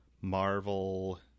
marvel